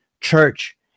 church